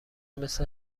مثل